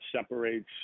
separates